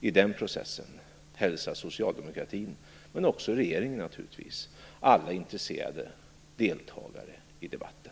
I den processen hälsar socialdemokratin, men också regeringen naturligtvis, alla intresserade deltagare välkomna i debatten.